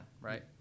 right